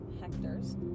hectares